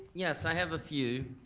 yes, i have a few.